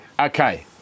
Okay